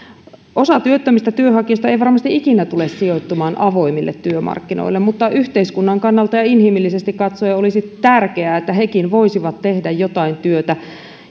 osa työttömistä työnhakijoista ei varmasti ikinä tule sijoittumaan avoimille työmarkkinoille mutta yhteiskunnan kannalta ja inhimillisesti katsoen olisi tärkeää että hekin voisivat tehdä jotain työtä